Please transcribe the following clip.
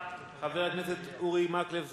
חבר הכנסת אורי מקלב,